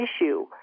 issue